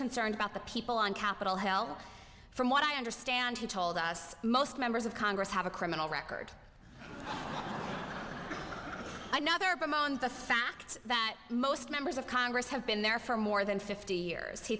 concerned about the people on capitol hill from what i understand he told us most members of congress have a criminal record another album on the fact that most members of congress have been there for more than fifty